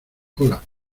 hola